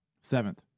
Seventh